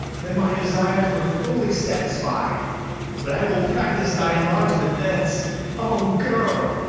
then my desires were fully satisfied but i will practice thy enlargement thence o girl!